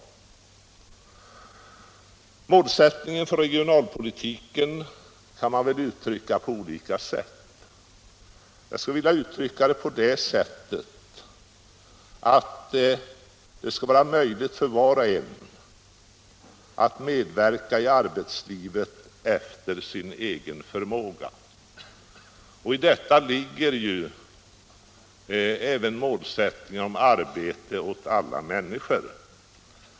Målsättningen för regionalpolitiken kan man väl uttrycka på olika sätt. Jag skulle vilja beskriva den så, att det skall vara möjligt för var och en att medverka i arbetslivet efter sin egen förmåga. I detta ligger ju även målet att skapa arbete åt alla människor.